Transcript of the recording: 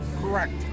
Correct